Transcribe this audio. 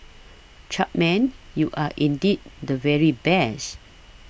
Chapman you are indeed the very best